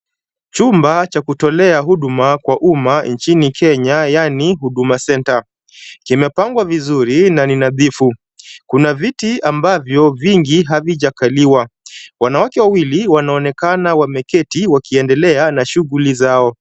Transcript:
Chumba cha kutolea huduma kwa umma nchini Kenya yaani Huduma Centre. Kimepangwa vizuri na ni nadhifu. Kuna viti ambavyo vingi havijakaliwa. Wanawake wawili wanaonekana wameketi wakiendelea na shughuli zao.